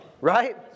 Right